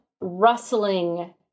rustling